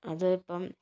അത് ഇപ്പോൾ